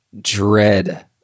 dread